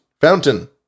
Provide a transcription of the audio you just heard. Fountain